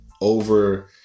over